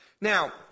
Now